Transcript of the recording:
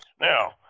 Now